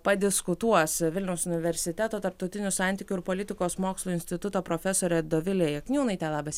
padiskutuos vilniaus universiteto tarptautinių santykių ir politikos mokslų instituto profesorė dovilė jakniūnaitė labas